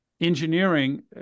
engineering